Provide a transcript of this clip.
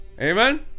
amen